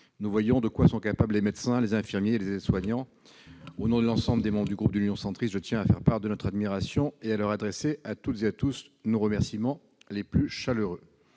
nous voyons de quoi sont capables les médecins, les infirmiers et les aides-soignants. Au nom de l'ensemble des membres du groupe Union Centriste, je tiens à leur faire part de notre admiration et à leur adresser nos remerciements les plus chaleureux.